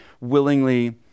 willingly